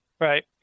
Right